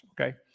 okay